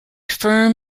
firm